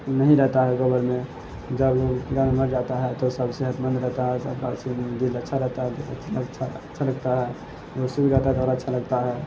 ںہیں رہتا ہے گوبر میں جب وہ مر جاتا ہے تو سب صحتمند رہتا ہے اور سب کا اچھے سے دل دل اچھا رہتا ہے اچھا لگتا ہے وہ سوکھ جاتا ہے تو اور اچھا لگتا ہے